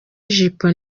ijipo